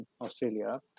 Australia